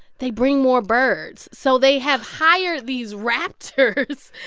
they bring more birds. so they have hired these raptors.